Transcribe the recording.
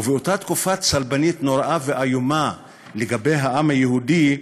ובאותה תקופה צלבנית נוראה ואיומה לגבי העם היהודי,